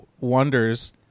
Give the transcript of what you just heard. wonders